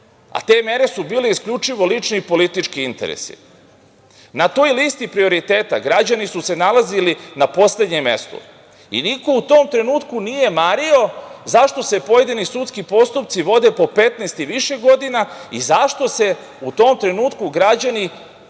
A te mere su bile isključivo lični i politički interesi. Na toj listi prioriteta građani su se nalazili na poslednjem mestu i niko u tom trenutku nije mario zašto se pojedini sudski postupci vode po 15 i više godina i zašto se u tom trenutku građani